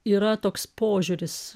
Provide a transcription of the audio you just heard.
yra toks požiūris